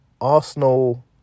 Arsenal